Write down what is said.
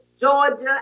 Georgia